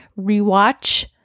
rewatch